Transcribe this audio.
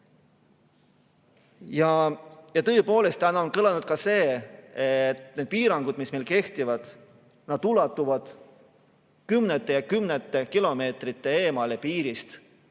Tõepoolest, täna on kõlanud ka see, et need piirangud, mis meil kehtivad, need ulatuvad kümned ja kümned kilomeetrid eemale piirist,